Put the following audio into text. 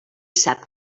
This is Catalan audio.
sap